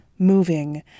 moving